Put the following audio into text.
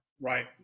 Right